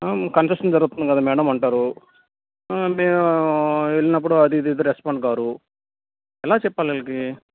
construction జరుగుతుంది కదా madam అంటారు మేము వెళ్ళినప్పుడు అది ఇది రెస్పాండ్ కారూ ఎలా చెప్పాలి వీళ్ళకి